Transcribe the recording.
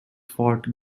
fought